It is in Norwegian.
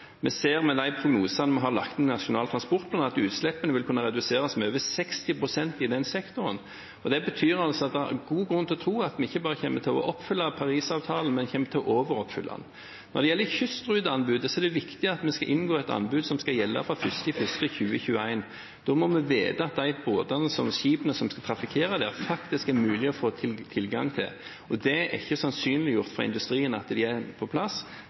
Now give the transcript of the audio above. Vi ser at med de prognosene som vi har lagt inn i Nasjonal transportplan, vil utslippene kunne reduseres med over 60 pst. i den sektoren. Det betyr altså at det er god grunn til å tro at vi ikke bare kommer til å oppfylle Parisavtalen, men kommer til å overoppfylle den. Når det gjelder kystruteanbudet, er det viktig at vi skal inngå et anbud som skal gjelde fra 1. januar 2021. Da må vi vite at de skipene som skal trafikkere der, faktisk er mulig å få tilgang til. Det er ikke sannsynliggjort fra industrien at de er på plass.